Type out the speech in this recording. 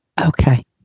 Okay